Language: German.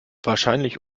wahrscheinlich